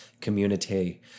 community